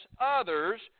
others